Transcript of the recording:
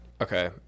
Okay